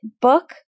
book